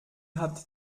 habt